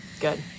Good